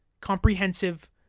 comprehensive